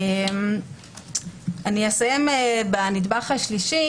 אסיים בנדבך השלישי,